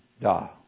da